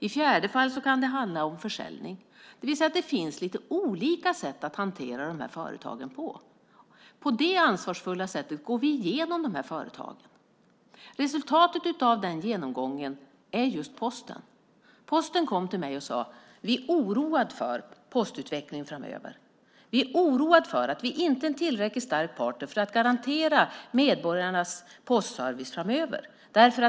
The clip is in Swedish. I fjärde fall kan det handla om försäljning. Det finns olika sätt att hantera företagen. På det ansvarsfulla sättet går vi igenom företagen. Resultatet av den genomgången är just Posten AB. Man kom till mig och sade: Vi är oroade för postutvecklingen framöver. Vi är oroade för att vi inte är en tillräckligt stark partner för att garantera medborgarnas postservice framöver.